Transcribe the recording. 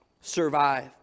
survive